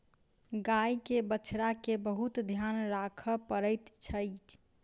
गाय के बछड़ा के बहुत ध्यान राखअ पड़ैत अछि